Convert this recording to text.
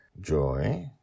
Joy